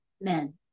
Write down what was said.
men